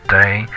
day